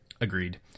Agreed